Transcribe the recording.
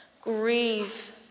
Grieve